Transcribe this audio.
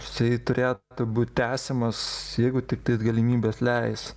isai turėtų būt tęsiamas jeigu tiktai galimybės leis